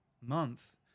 month